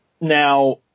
now